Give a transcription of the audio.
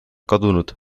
kadunud